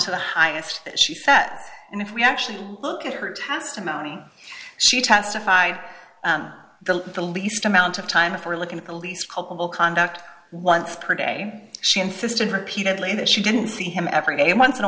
to the highest that she set and if we actually look at her testimony she testified to the least amount of time if we're looking at police culpable conduct once per day she insisted repeatedly that she didn't see him every day and once in a